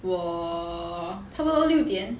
我差不多六点